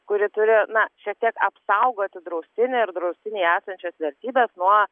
kuri turi na šiek tiek apsaugoti draustinį ir draustinyje esančias vertybes nuo